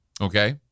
Okay